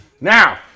Now